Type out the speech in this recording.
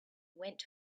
went